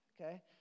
Okay